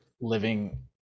living